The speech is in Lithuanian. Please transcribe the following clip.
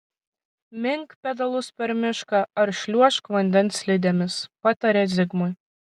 mink pedalus per mišką ar šliuožk vandens slidėmis patarė zigmui